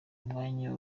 umwanya